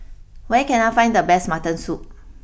where can I find the best Mutton Soup